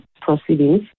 proceedings